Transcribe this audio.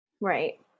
Right